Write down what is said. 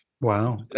Wow